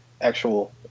actual